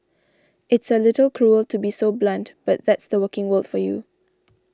it's a little cruel to be so blunt but that's the working world for you